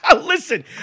Listen